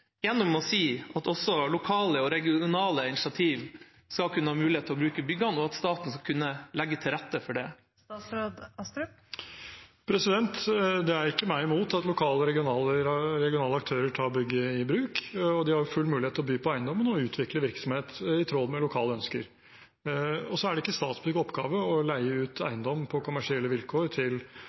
gjennom å si at også lokale og regionale initiativ skal kunne ha mulighet til å bruke byggene, og at staten skal kunne legge til rette for det. Det er ikke meg imot at lokale eller regionale aktører tar bygget i bruk. De har full mulighet til å by på eiendommen og utvikle virksomhet i tråd med lokale ønsker. Det er ikke Statsbyggs oppgave å leie ut eiendom på kommersielle vilkår til